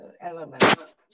elements